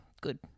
good